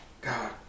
god